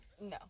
No